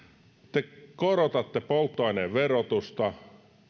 te korotatte polttoaineen verotusta